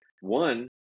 One